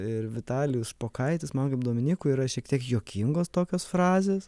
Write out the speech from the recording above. ir vitalijus špokaitis man kaip dominykui yra šiek tiek juokingos tokios frazės